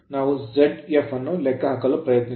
ನಾವು Zf ಅನ್ನು ಲೆಕ್ಕ ಹಾಕಲು ಪ್ರಯತ್ನಿಸೋಣ